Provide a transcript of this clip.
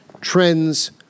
trends